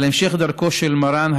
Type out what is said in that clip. על המשך דרכו של מרן,